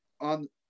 on